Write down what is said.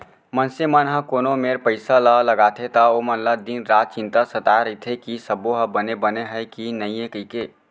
मनसे मन ह कोनो मेर पइसा ल लगाथे त ओमन ल दिन रात चिंता सताय रइथे कि सबो ह बने बने हय कि नइए कइके